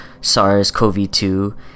SARS-CoV-2